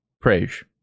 praise